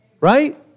Right